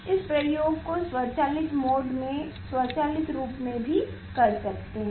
इस प्रयोग को स्वचालित मोड में स्वचालित रूप से भी कर सकता है